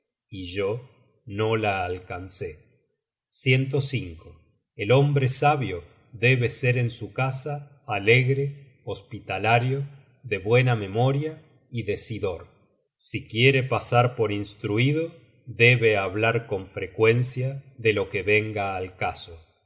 y yo no la alcancé el hombre sabio debe ser en su casa alegre hospitalario de buena memoria y decidor si quiere pasar por instruido debe hablar con frecuencia de lo que venga al caso